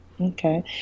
Okay